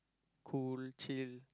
cool chill